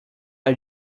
are